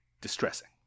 distressing